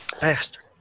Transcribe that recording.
Bastard